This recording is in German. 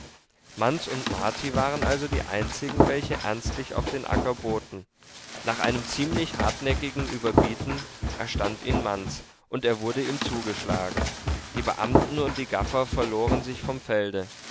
manz und marti waren also die einzigen welche ernstlich auf den acker boten nach einem ziemlich hartnäckigen überbieten erstand ihn manz und er wurde ihm zugeschlagen die beamten und die gaffer verloren sich vom felde